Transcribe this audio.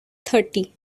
thirty